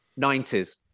90s